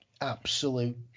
absolute